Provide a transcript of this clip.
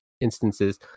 instances